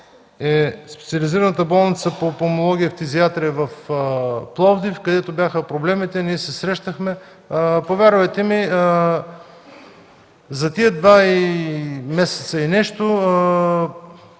е Специализираната болница по пулмология и фтизиатрия в Пловдив, където бяха проблемите, ние се срещахме, и повярвайте, за тези два месеца и нещо